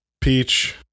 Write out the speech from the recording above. peach